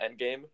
Endgame